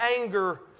anger